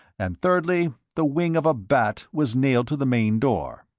and thirdly, the wing of a bat was nailed to the main door.